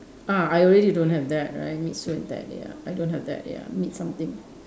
ah I already don't have that right meet Sue and Ted ya I don't have that ya meet something